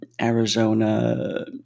Arizona